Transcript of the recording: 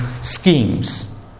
schemes